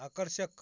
आकर्षक